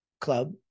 club